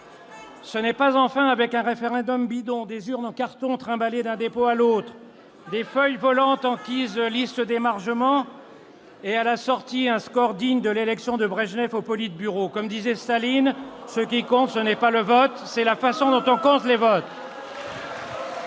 Ce n'est pas avec un référendum bidon, des urnes en carton trimbalées d'un dépôt à l'autre, des feuilles volantes en guise de listes d'émargement et, à la sortie, un score digne de l'élection de Brejnev au Politburo- comme disait Staline, ce qui compte ce n'est pas le vote, c'est la façon dont on compte les votes